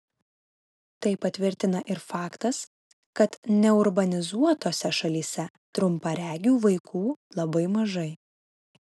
tai patvirtina ir faktas kad neurbanizuotose šalyse trumparegių vaikų labai mažai